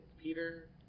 Peter